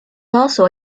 also